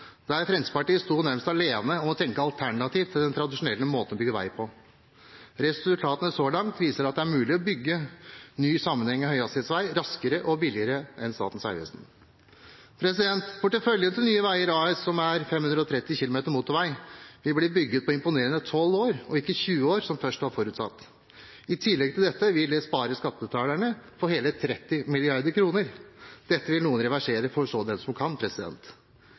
der Fremskrittspartiet nærmest sto alene i å tenke alternativt til den tradisjonelle måten å bygge vei på. Resultatene så langt viser at det er mulig å bygge ny, sammenhengende høyhastighetsvei raskere og billigere enn Statens vegvesen. Porteføljen til Nye Veier AS, som er 530 kilometer motorvei, vil bli bygget på imponerende tolv år – og ikke 20 år, som først var forutsatt. I tillegg til dette vil det spare skattebetalerne for hele 30 mrd. kr. Dette vil noen reversere. Forstå det, den som kan!